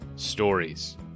stories